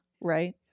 right